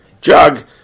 jug